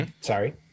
Sorry